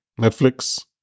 Netflix